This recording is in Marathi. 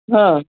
हां